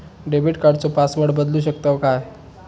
Debit कार्डचो password बदलु शकतव काय?